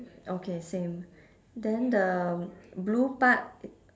okay same then the blue part